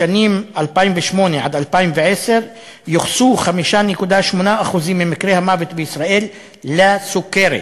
בשנים 2008 2010 יוחסו 5.8% ממקרי המוות בישראל לסוכרת,